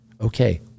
Okay